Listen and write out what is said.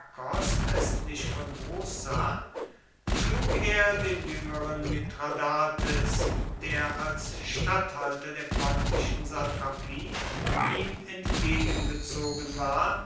westlich von brussa schlug er den jüngeren mithradates der als statthalter der pontischen satrapie ihm entgegengezogen war